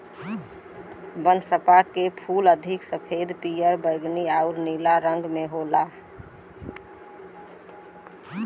बनफशा के फूल अधिक सफ़ेद, पियर, बैगनी आउर नीला रंग में होला